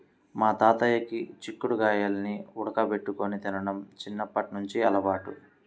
మా తాతయ్యకి చిక్కుడు గాయాల్ని ఉడకబెట్టుకొని తినడం చిన్నప్పట్నుంచి అలవాటు